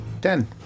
Ten